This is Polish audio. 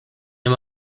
nie